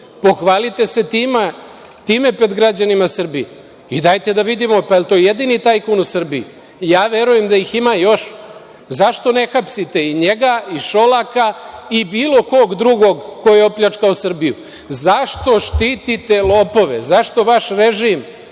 oduzeli? Pohvalite se time pred građanima Srbije i dajte da vidimo jel to jedini tajkun u Srbiji? Ja verujem da ih ima još. Zašto ne hapsite i njega i Šolaka i bilo koga drugog koji je opljačkao Srbiju? Zašto štitite lopove? Zašto vaš režim